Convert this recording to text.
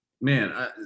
man